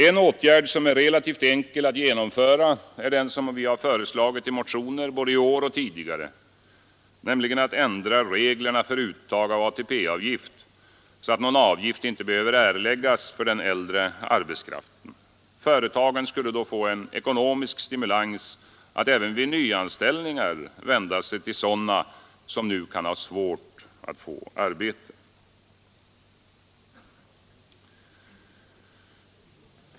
En åtgärd som är relativt enkel att genomföra är den som vi har föreslagit i motioner både i år och tidigare, nämligen att ändra reglerna för uttag av ATP-avgift, så att någon avgift inte behöver erläggas för den äldre arbetskraften. Företagen skulle då få en ekonomisk stimulans att även vid nyanställningar vända sig till sådana som nu kan ha svårt att få arbete.